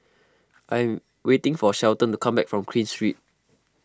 I am waiting for Shelton to come back from Queen Street